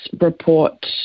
report